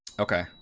Okay